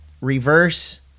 reverse